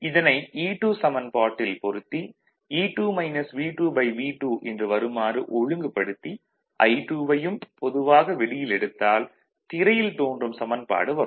இதனை E2 சமன்பாட்டில் பொருத்தி E2 V2V2 என்று வருமாறு ஒழுங்குபடுத்தி I2 வையும் பொதுவாக வெளியில் எடுத்தால் திரையில் தோன்றும் சமன்பாடு வரும்